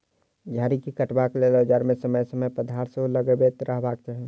झाड़ी के काटबाक लेल औजार मे समय समय पर धार सेहो लगबैत रहबाक चाही